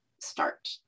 start